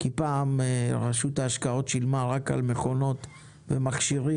כי פעם רשות ההשקעות שילמה רק על מכונות ומכשירים